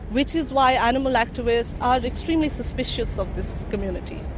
which is why animal activists are extremely suspicious of this community.